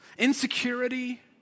Insecurity